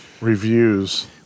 reviews